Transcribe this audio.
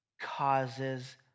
causes